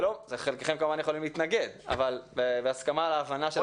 אתם יכולים להתנגד אבל בהסכמה על ההבנה של הפרטים.